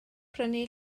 prynu